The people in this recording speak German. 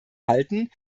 halten